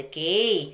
Okay